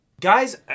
Guys